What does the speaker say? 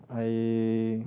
I